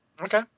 Okay